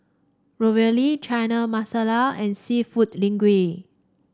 Ravioli Chana Masala and seafood Linguine